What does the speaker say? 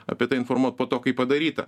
apie tai informuot po to kai padaryta